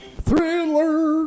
Thriller